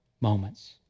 moments